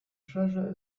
treasure